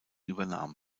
übernahm